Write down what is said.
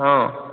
ହଁ